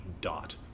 dot